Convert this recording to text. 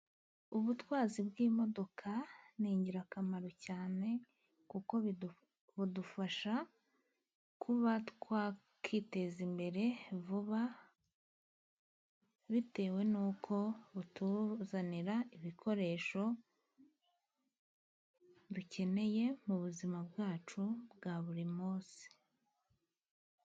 Ubutwazi bw'imodoka, ni ingirakamaro cyane, kuko budufasha kuba twakiteza imbere vuba, bitewe n'uko butuzanira ibikoresho dukeneye, mu buzima bwacu bwa buri munsi.